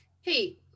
hey